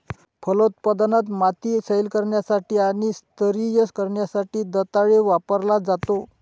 फलोत्पादनात, माती सैल करण्यासाठी आणि स्तरीय करण्यासाठी दंताळे वापरला जातो